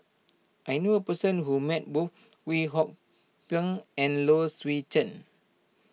I knew a person who met both Kwek Hong Png and Low Swee Chen